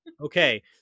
Okay